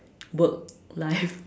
work life